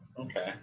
Okay